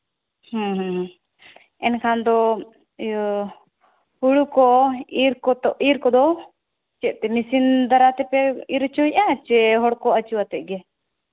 ᱦᱮᱸ ᱮᱱᱠᱷᱟᱱ ᱫᱚ ᱤᱭᱟᱹ ᱦᱩᱲᱩ ᱠᱚ ᱤᱨ ᱠᱚ ᱤᱨ ᱠᱚᱫᱚ ᱪᱮᱫ ᱛᱮ ᱢᱮᱹᱥᱤᱱ ᱫᱟᱨᱟᱭ ᱛᱮᱯᱮ ᱤᱨ ᱦᱚᱪᱚᱭᱮᱫᱼᱟ ᱪᱮ ᱦᱚᱲᱠᱚ ᱟᱹᱪᱩ ᱠᱟᱛᱮᱫ ᱜᱮ